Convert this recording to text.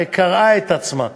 שקרעה את עצמה,